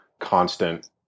constant